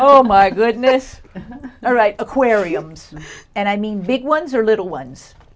oh my goodness all right aquariums and i mean big ones or little ones